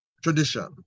tradition